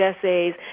essays